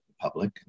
public